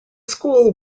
school